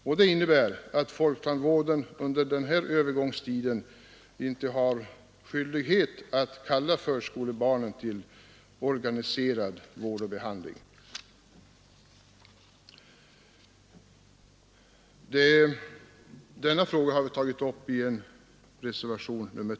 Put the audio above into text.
Detta innebär att folktandvården under den här övergångstiden inte har skyldighet att kalla förskolebarnen till organiserad vård och behandling. Denna fråga har vi tagit upp i reservationen III.